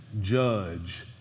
judge